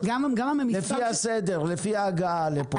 הפסקת המכירה של הכרטיסיות.